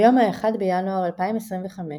ביום 1.1.2025,